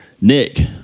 Nick